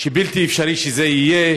שבלתי אפשרי שזה יהיה,